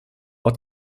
ort